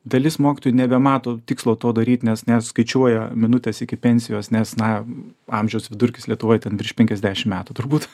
dalis mokytojų nebemato tikslo to daryt nes net skaičiuoja minutes iki pensijos nes na amžiaus vidurkis lietuvoj ten virš penkiasdešimt metų turbūt